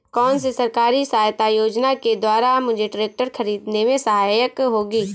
कौनसी सरकारी सहायता योजना के द्वारा मुझे ट्रैक्टर खरीदने में सहायक होगी?